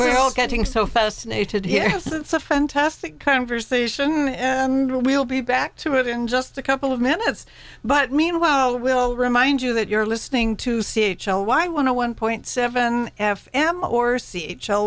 all getting so fascinated him yes it's a fantastic conversation and we'll be back to it in just a couple of minutes but meanwhile we'll remind you that you're listening to c h l why when a one point seven f m or c h l